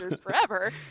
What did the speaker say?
forever